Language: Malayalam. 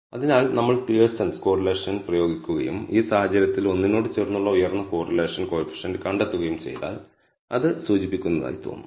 അതിനാൽ നമ്മൾ പിയേഴ്സന്റെ കോറിലേഷൻ പ്രയോഗിക്കുകയും ഈ സാഹചര്യത്തിൽ ഒന്നിനോട് ചേർന്നുള്ള ഉയർന്ന കോറിലേഷൻ കോയിഫിഷ്യന്റ് കണ്ടെത്തുകയും ചെയ്താൽ അത് സൂചിപ്പിക്കുന്നതായി തോന്നുന്നു